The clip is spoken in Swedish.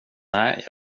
nej